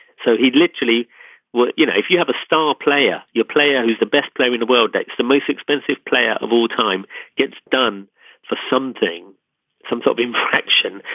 so he'd literally well you know if you have a star player your player who's the best player in the world that's the most expensive player of all time gets done for something some sort of infraction.